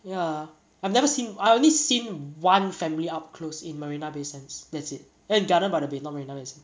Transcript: ya I've never seen I only seen one family up close in marina bay sands that's it and garden by the bay not marina bay